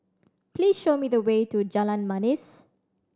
please show me the way to Jalan Manis